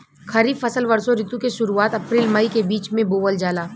खरीफ फसल वषोॅ ऋतु के शुरुआत, अपृल मई के बीच में बोवल जाला